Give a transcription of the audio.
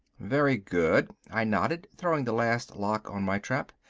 very good, i nodded, throwing the last lock on my trap.